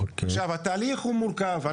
התהליך הוא מורכב.